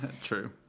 True